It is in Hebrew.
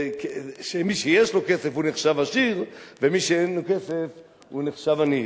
כך שמי שיש לו כסף הוא נחשב עשיר ומי שאין לו כסף הוא נחשב עני.